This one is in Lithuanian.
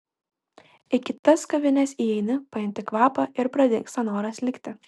į kitas kavines įeini pajunti kvapą ir pradingsta noras likti